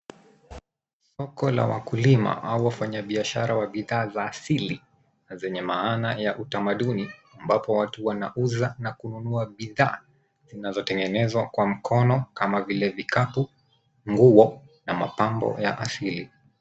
Soko la wakulima au wafanya biashara wa bidhaa za asili na zenye maana ya utamanduni ambapo watu wanauza na kununua bidhaa zinazotegenezwa kwa mkono kama vile vikapu, nguo na mapambo ya asili.